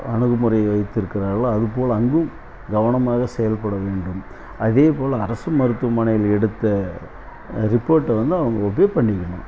அணுகுமுறையை வைத்திருக்கிறார்களோ அதுபோல் அங்கும் கவனமாக செயல்பட வேண்டும் அதேபோல் அரசு மருத்துவமனைகளில் எடுத்த ரிப்போர்டை அவங்க ஒபே பண்ணிக்கணும்